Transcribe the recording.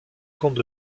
comtes